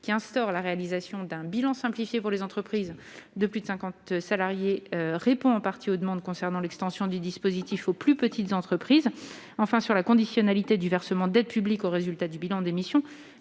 qui instaure la réalisation d'un bilan simplifié pour les entreprises de plus de 50 salariés répond en partie aux demandes concernant l'extension des 10. Positif aux plus petites entreprises, enfin sur la conditionnalité du versement d'aides publiques aux résultats du bilan d'émissions,